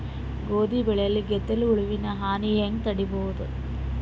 ಗೋಧಿ ಬೆಳೆಯಲ್ಲಿ ಗೆದ್ದಲು ಹುಳುವಿನ ಹಾನಿ ಹೆಂಗ ತಡೆಬಹುದು?